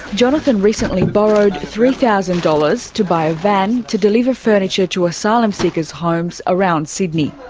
jonathan recently borrowed three thousand dollars to buy a van to deliver furniture to asylum seekers' homes around sydney.